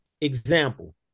example